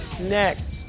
next